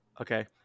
Okay